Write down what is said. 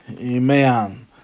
Amen